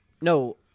No